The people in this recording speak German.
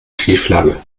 schieflage